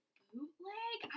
bootleg